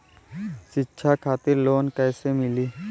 शिक्षा खातिर लोन कैसे मिली?